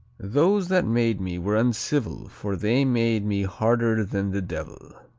those that made me were uncivil for they made me harder than the devil.